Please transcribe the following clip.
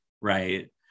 right